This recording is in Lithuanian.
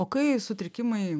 o kai sutrikimai